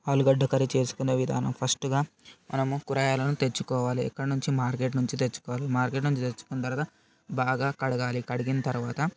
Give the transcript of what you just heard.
ఆలుగడ్డ కర్రీ చేసుకునే విధానం ఫస్ట్ మనము కూరగాయలను తెచ్చుకోవాలి ఎక్కడ నుంచి మార్కెట్ నుంచి తెచ్చుకోవాలి మార్కెట్ నుంచి తెచ్చుకున్న తర్వాత బాగా కడగాలి కడిగిన తర్వాత